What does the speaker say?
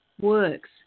works